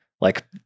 Like-